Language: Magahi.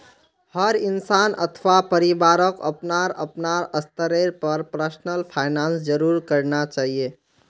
हर इंसान अथवा परिवारक अपनार अपनार स्तरेर पर पर्सनल फाइनैन्स जरूर करना चाहिए